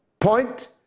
point